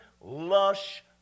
lush